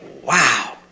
Wow